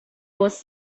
was